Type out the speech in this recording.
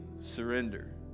surrender